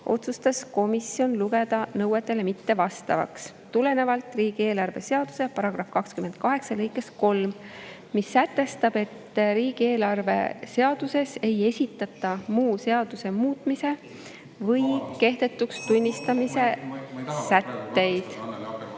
otsustas komisjon lugeda nõuetele mittevastavaks tulenevalt riigieelarve seaduse § 28 lõikest 3, mis sätestab, et riigieelarve seaduses ei esitata muu seaduse muutmise või kehtetuks tunnistamise sätteid.